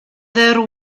there